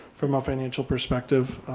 from a financial perspective.